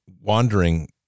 wandering